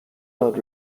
not